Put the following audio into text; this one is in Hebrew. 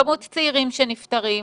כמות צעירים שנפטרים.